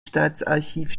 staatsarchiv